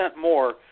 more